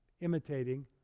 imitating